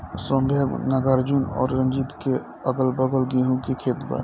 सौम्या नागार्जुन और रंजीत के अगलाबगल गेंहू के खेत बा